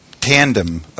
tandem